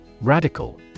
Radical